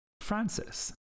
Francis